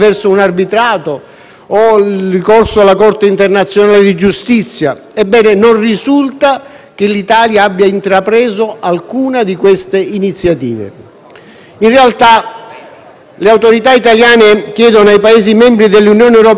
che l'Italia abbia intrapreso alcuna di queste iniziative. In realtà, le Autorità italiane chiedono ai Paesi membri dell'Unione europea di attuare una redistribuzione dei migranti a bordo della Diciotti